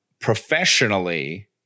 professionally